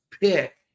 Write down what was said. pick